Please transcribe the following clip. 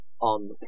on